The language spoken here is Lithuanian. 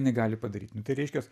jinai gali padaryt nu tai reiškias